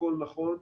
הכול נכון.